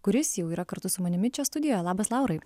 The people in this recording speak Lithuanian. kuris jau yra kartu su manimi čia studijoj labas laurai